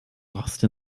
lost